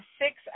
six